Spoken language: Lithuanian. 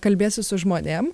kalbiesi su žmonėm